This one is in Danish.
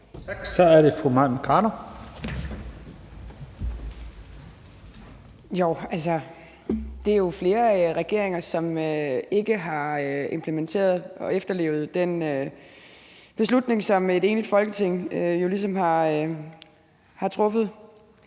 Kl. 12:04 Mai Mercado (KF): Altså, det er jo flere regeringer, som ikke har implementeret og efterlevet den beslutning, som et enigt Folketing jo ligesom har truffet.